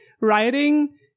writing